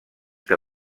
que